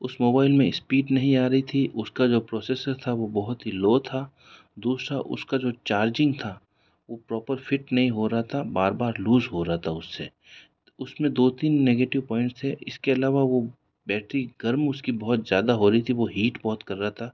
उस मोबाइल में स्पीड नहीं आ रही थी उसका जो प्रोसेसर था वो बहुत ही लो था दूसरा उसका जो चार्जिंग था वो प्रॉपर फ़िट नहीं हो रहा था बार बार लूज़ हो रहा था उससे उसमें दो तीन नेगेटिव पॉइंट से इसके अलावा वो बैटरी गर्म उसकी बहुत ज़्यादा हो रही थी वो हीट बहुत कर रहा था